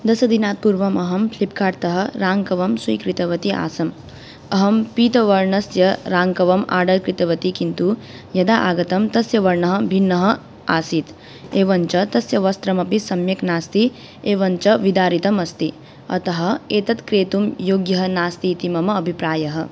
दशदिनात् पूर्वम् अहं फ़्लिप्कार्ट्तः राङ्कवं स्वीकृतवती आसम् अहं पीतवर्णस्य राङ्कवम् ओर्डर् कृतवती किन्तु यदा आगतं तस्य वर्णः भिन्नः आसीत् एवं च तस्य वस्त्रमपि सम्यक् नास्ति एवं च विदारितम् अस्ति अतः एतत् क्रेतुं योग्यं नास्ति इति मम अभिप्रायः